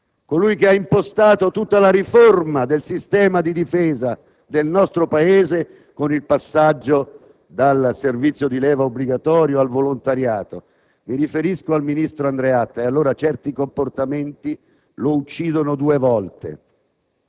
ha collaborato per anni con un predecessore del ministro Parisi: colui che ha impostato tutta la riforma del sistema di difesa del nostro Paese con il passaggio dal servizio di leva obbligatorio al volontariato.